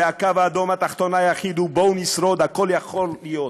והקו האדום התחתון היחיד הוא "בואו נשרוד" הכול יכול להיות,